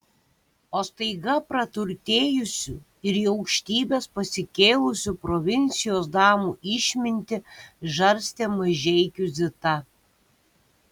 o staiga praturtėjusių ir į aukštybes pasikėlusių provincijos damų išmintį žarstė mažeikių zita